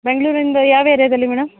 ಬೆಂಗಳೂರಿಂದ ಯಾವ ಏರಿಯಾದಲ್ಲಿ ಮೇಡಮ್